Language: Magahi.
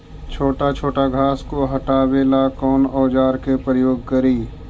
छोटा छोटा घास को हटाबे ला कौन औजार के प्रयोग करि?